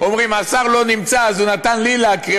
אומרים: השר לא נמצא אז הוא נתן לי להקריא,